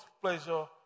pleasure